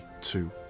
two